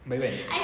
by when